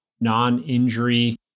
non-injury